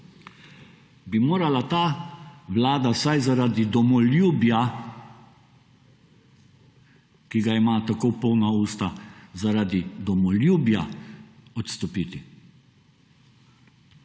bi morala ta vlada vsaj zaradi domoljubja, ki ga ima tako polna usta, zaradi domoljubja odstopiti.